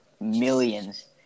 millions